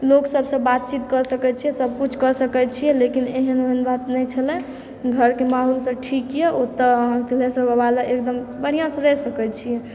लोक सबसँ बातचीतकऽ सकैत छियै सभकुछ कऽ सकैत छियै लेकिन एहन ओहन बात नहि छलय घरके माहौलसभ ठीकए ओतए अहाँ तिलेश्वर बाबा लग एकदम बढ़िआँसँ रहय सकैत छी